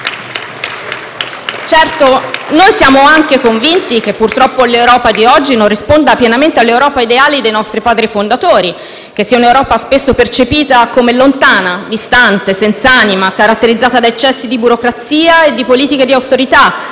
Certo, noi siamo anche convinti che, purtroppo, l'Europa di oggi non risponda pienamente all'Europa ideale dei nostri padri fondatori; che sia un'Europa spesso percepita come lontana, distante, senz'anima, caratterizzata da eccessi di burocrazia e di politiche di austerità,